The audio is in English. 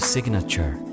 Signature